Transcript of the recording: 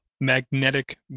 magnetic